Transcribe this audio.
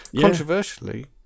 controversially